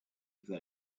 for